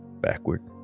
Backward